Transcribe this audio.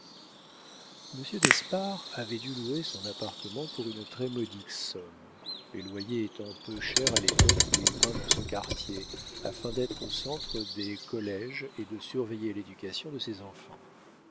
monsieur d'espard avait dû louer son appartement pour une très modique somme les loyers étant peu chers à l'époque où il vint dans ce quartier afin d'être au centre des colléges et de surveiller l'éducation de ses enfants